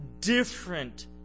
different